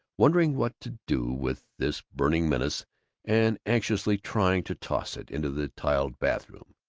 wondering what to do with this burning menace and anxiously trying to toss it into the tiled bathroom.